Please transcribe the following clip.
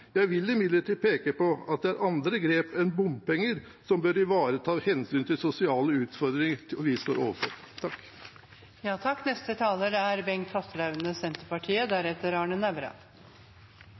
Jeg vil imidlertid peke på at det er andre grep enn bompenger som bør ivareta hensynet til de sosiale utfordringene vi står overfor. Forslagsstilleren viser til at bompenger er